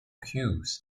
cues